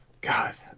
God